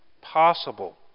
possible